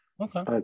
Okay